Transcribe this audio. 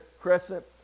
Crescent